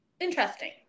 interesting